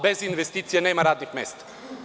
Bez investicija nema radnih mesta.